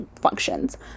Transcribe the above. functions